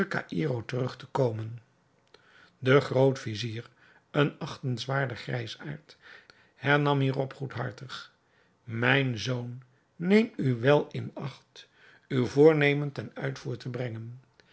caïro terug te komen de groot-vizier een achtenswaardig grijsaard hernam hierop goedhartig mijn zoon neem u wel in acht uw voornemen ten uitvoer te brengen